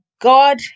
God